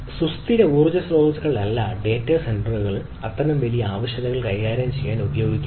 സുസ്ഥിര ഊർജ്ജ സ്രോതസ്സുകൾ അല്ല ഡാറ്റാ സെന്ററുകളുടെ അത്തരം വലിയ ആവശ്യകതകൾ കൈകാര്യം ചെയ്യാൻ ഉപയോഗിക്കുന്നത്